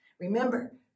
Remember